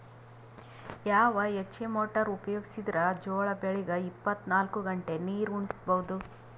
ಯಾವ HP motor ಉಪಯೋಗಿಸಿದರ ಜೋಳ ಬೆಳಿಗ ಇಪ್ಪತ ನಾಲ್ಕು ಗಂಟೆ ನೀರಿ ಉಣಿಸ ಬಹುದು?